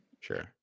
Sure